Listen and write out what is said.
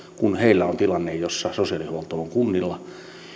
kun heillä on tilanne jossa sosiaalihuolto on kunnilla